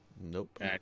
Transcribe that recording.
Nope